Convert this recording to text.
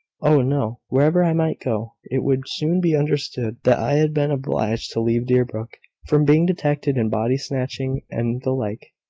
oh, no! wherever i might go, it would soon be understood that i had been obliged to leave deerbrook, from being detected in body-snatching and the like.